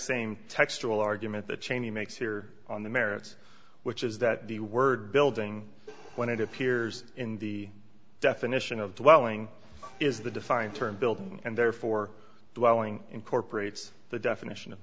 same textual argument that cheney makes here on the merits which is that the word building when it appears in the definition of dwelling is the defined term built and therefore allowing incorporates the definition of